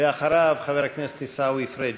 אחריו, חבר הכנסת עיסאווי פריג'.